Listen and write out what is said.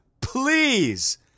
Please